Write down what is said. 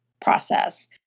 process